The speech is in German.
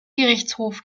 gerichtshof